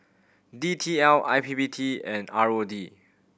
D T L I P P T and R O D